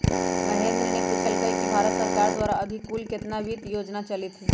महेंद्र ने पूछल कई कि भारत सरकार द्वारा अभी कुल कितना वित्त योजना चलीत हई?